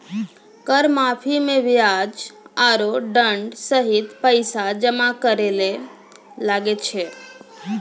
कर माफी मे बियाज आरो दंड सहित पैसा जमा करे ले लागै छै